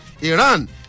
Iran